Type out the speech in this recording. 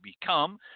become